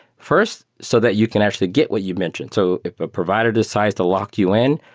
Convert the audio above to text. first, so that you can actually get what you mentioned. so if a provider decides to lock you in,